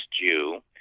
Jew